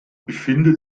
befindet